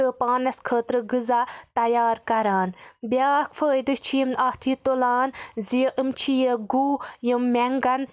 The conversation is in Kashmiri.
پانَس خٲطرٕ غذا تیار کران بیٛاکھ فٲیِدٕ چھِ یِم اَتھ یہِ تُلان زِ یِم چھِ یہِ گُہہ یِم مٮ۪نٛگَن